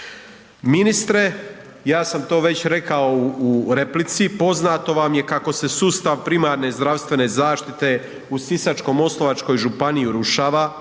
Ministre, ja sam to već rekao u replici, poznato vam je kako se sustav primarne zdravstvene zaštite u Sisačko-moslavačkoj županiji urušava,